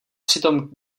přitom